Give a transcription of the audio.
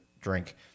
drink